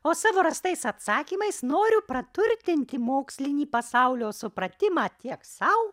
o savo rastais atsakymais noriu praturtinti mokslinį pasaulio supratimą tiek sau